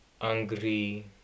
angry